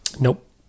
nope